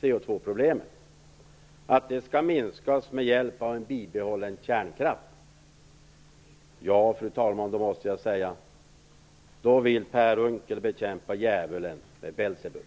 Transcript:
CO2-problemet och att det skall minskas med hjälp av en bibehållen kärnkraft, fru talman, så måste jag säga att Per Unckel vill bekämpa djävulen med Belsebub.